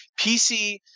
pc